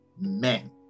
men